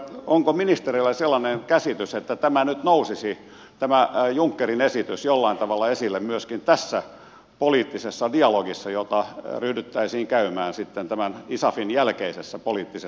onko ministereillä sellainen käsitys että tämä junckerin esitys nyt nousisi jollain tavalla esille myöskin tässä isafin jälkeisessä poliittisessa dialogissa jota ryhdyttäisiin sitten käymään